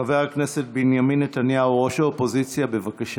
חבר הכנסת בנימין נתניהו, ראש האופוזיציה, בבקשה.